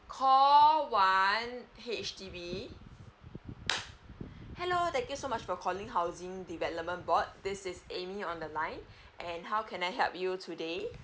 call one H_D_B hello thank you so much for calling housing development board this is amy on the line and how can I help you today